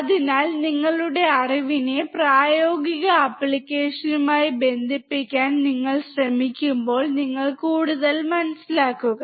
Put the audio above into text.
അതിനാൽ നിങ്ങളുടെ അറിവിനെ പ്രായോഗിക ആപ്ലിക്കേഷനുകളുമായി ബന്ധിപ്പിക്കാൻ നിങ്ങൾ ശ്രമിക്കുമ്പോൾ നിങ്ങൾ കൂടുതൽ മനസ്സിലാക്കുക